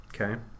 okay